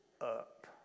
up